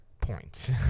points